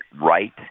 right